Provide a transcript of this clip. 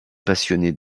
passionnés